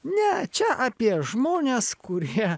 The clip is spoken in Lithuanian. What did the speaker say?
ne čia apie žmones kurie